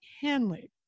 Hanley